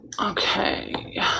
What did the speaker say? Okay